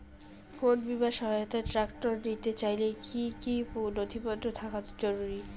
কোন বিমার সহায়তায় ট্রাক্টর নিতে চাইলে কী কী নথিপত্র থাকা জরুরি?